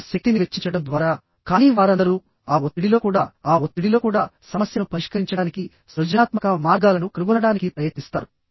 తమ శక్తిని వెచ్చించడం ద్వారా కానీ వారందరూ ఆ ఒత్తిడిలో కూడా ఆ ఒత్తిడిలో కూడా సమస్యను పరిష్కరించడానికి సృజనాత్మక మార్గాలను కనుగొనడానికి ప్రయత్నిస్తారు